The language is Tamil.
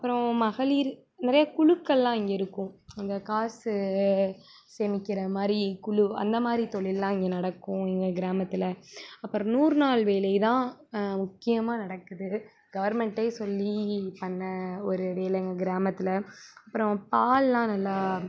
அப்புறம் மகளிர் நிறைய குழுக்கள்ல்லாம் இங்கே இருக்கும் அங்கே காசு சேமிக்கிற மாதிரி குழு அந்த மாதிரி தொழில்லாம் இங்கே நடக்கும் எங்கள் கிராமத்தில் அப்புறம் நூறு நாள் வேலை தான் முக்கியமாக நடக்குது கவர்மெண்ட்டே சொல்லி பண்ண ஒரு வேலைங்க கிராமத்தில் அப்புறம் பாலெல்லாம் நல்லா